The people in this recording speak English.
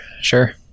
sure